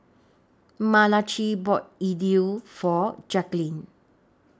Malachi bought Idili For Jaquelin